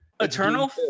Eternal